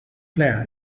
player